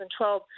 2012